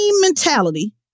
mentality